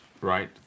right